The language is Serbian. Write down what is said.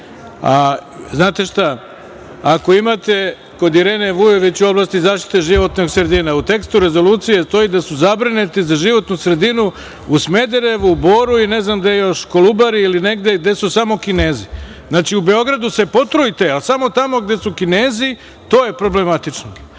tekst. Znate šta, ako imate kod Irene Vujović u oblasti zaštite životne sredine u tekstu Rezolucije stoji da su zabrinuti za životnu sredinu u Smederevu, Boru i ne znam gde još, Kolubari ili negde, gde su samo Kinezi. Znači u Beogradu se potrujte, a samo tamo gde su Kinezi, to je problematično. Ja